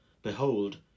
Behold